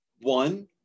one